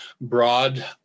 broad